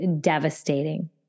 devastating